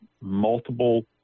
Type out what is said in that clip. multiple